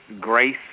grace